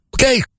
Okay